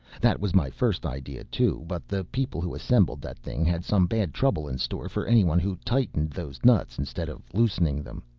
that was my first idea too, but the people who assembled that thing had some bad trouble in store for anyone who tightened those nuts instead of loosening them.